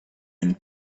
une